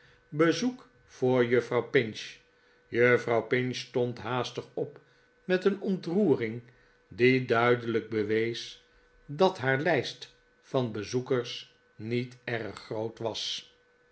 bezoek voor juffrouw pinch juffrouw pinch stond haastig dp met een ontroering die duidelijk bewees dat haar lijst van bezoekers niet erg groot was